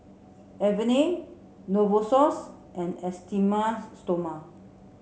Avene Novosource and Esteem stoma